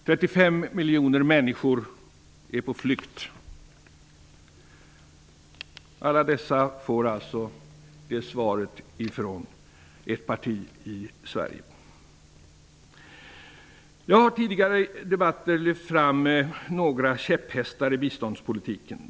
35 miljoner människor är på flykt. Jag har tidigare i debatter lyft fram några av mina käpphästar i biståndspolitiken.